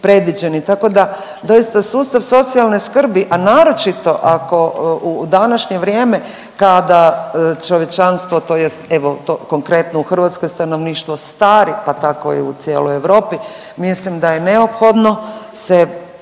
tako da, doista, sustav socijalne skrbi, a naročito ako u današnje vrijeme kada čovječanstvo, tj. evo, to, konkretno u Hrvatskoj stari, pa tako i u cijeloj Europi, mislim da je neophodno se